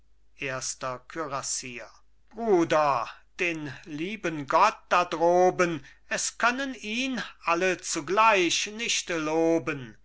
erster kürassier bruder den lieben gott da droben es können ihn alle zugleich nicht loben